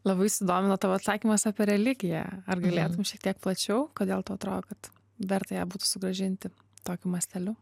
labai sudomino tavo atsakymas apie religiją ar galėtum šiek tiek plačiau kodėl tau atrodo kad verta ją būtų sugrąžinti tokiu masteliu